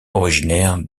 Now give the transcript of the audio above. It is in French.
originaire